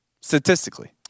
Statistically